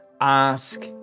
ask